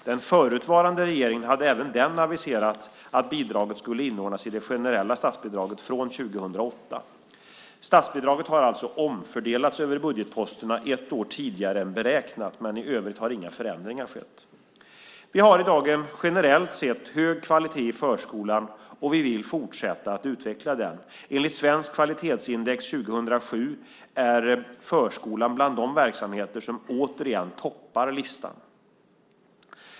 Den förutvarande regeringen hade även den aviserat att bidraget skulle inordnas i det generella statsbidraget, från 2008. Statsbidraget har alltså omfördelats över budgetposterna ett år tidigare än beräknat, men i övrigt har inga förändringar skett. Vi har i dag en generellt sett hög kvalitet i förskolan, och vi vill fortsätta att utveckla den. Enligt Svenskt kvalitetsindex 2007 är förskolan bland de verksamheter som återigen toppar listan.